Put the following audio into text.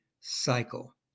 cycle